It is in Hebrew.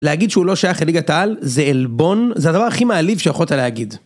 להגיד שהוא לא שייך לליגת העל, זה עלבון, זה הדבר הכי מעליב שיכולת להגיד.